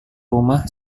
rumah